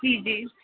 جی جی